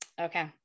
okay